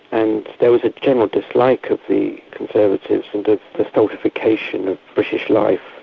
and there was a general dislike of the conservatives and the stultification of british life.